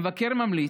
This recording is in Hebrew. המבקר ממליץ: